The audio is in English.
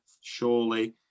surely